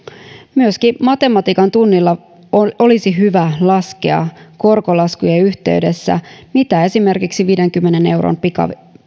myöskin matematiikantunnilla olisi hyvä laskea korkolaskujen yhteydessä mitä esimerkiksi viidenkymmenen euron pikavippi